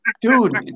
dude